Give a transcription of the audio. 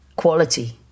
quality